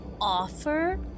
offer